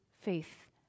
faith